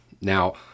Now